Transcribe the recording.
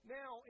now